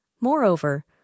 Moreover